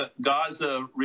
Gaza